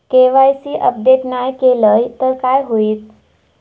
KYC update नाय केलय तर काय होईत?